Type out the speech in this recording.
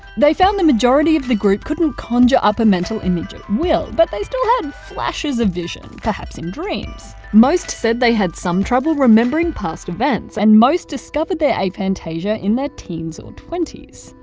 they found the majority of the group couldn't conjure up a mental image at will, but they still had flashes perhaps in dreams, most said they had some trouble remembering past events and most discovered their aphantasia in their teens or twenties.